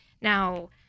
Now